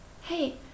Hey